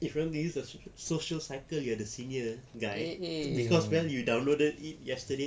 if you want to use your social cycle you're the senior guy cause well you downloaded it yesterday